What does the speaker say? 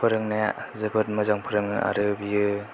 फोरोंनाया जोबोद मोजां फोरों आरो बियो